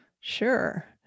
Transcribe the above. Sure